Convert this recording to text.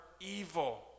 evil